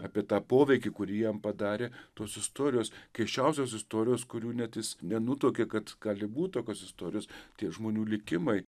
apie tą poveikį kurį jam padarė tos istorijos keisčiausios istorijos kurių net jis nenutuokė kad gali būt tokios istorijos tie žmonių likimai